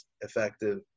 effective